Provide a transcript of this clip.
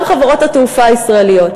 גם חברות התעופה הישראליות.